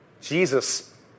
Jesus